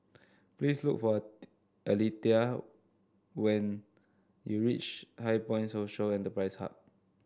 please look for Aletha when you reach HighPoint Social Enterprise Hub